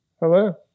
Hello